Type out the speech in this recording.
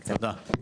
תודה.